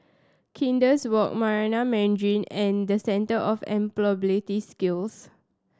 Kandis Walk Marina Mandarin and Centre of Employability Skills